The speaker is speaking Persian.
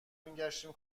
میگشتم